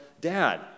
dad